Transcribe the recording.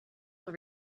will